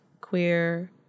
queer